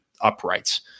uprights